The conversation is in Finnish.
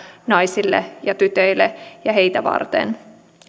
naisille ja tytöille ja heitä varten